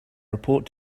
report